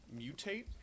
mutate